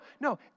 no